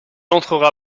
entrera